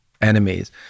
enemies